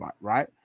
right